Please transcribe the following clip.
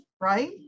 Right